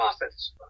profits